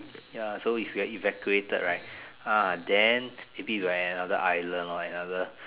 ya so if we're evacuated right ah then maybe we're at another island or another